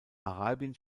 arabien